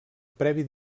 previ